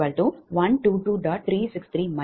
363 412X0